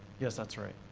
yeah that's right.